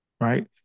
right